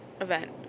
event